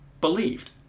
believed